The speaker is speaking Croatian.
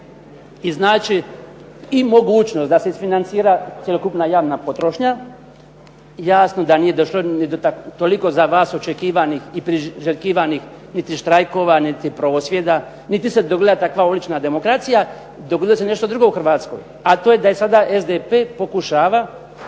iznaći i mogućnost da se isfinancira cjelokupna javna potrošnja, jasno da nije došlo toliko za vas očekivanih i priželjkivanih niti štrajkova niti prosvjeda niti se dogodila kakva ulična demokracija. Dogodilo se nešto drugo u Hrvatskoj, a to je da sada SDP pokušava